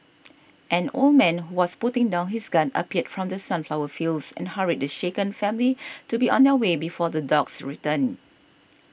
an old man who was putting down his gun appeared from the sunflower fields and hurried the shaken family to be on their way before the dogs return